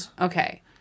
Okay